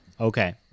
Okay